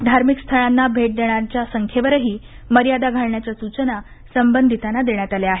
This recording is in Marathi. धार्मिक स्थळांना भेट देणाऱ्याच्या संख्येवरही मर्यादा घालण्याच्या सूचना संबंधितांना देण्यात आल्या आहेत